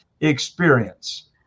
experience